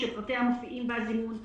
שפרטיה מופיעים בזימון ולברר,